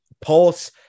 Pulse